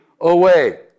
away